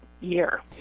year